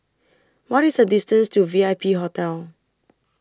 What IS The distance to V I P Hotel